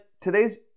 today's